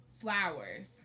flowers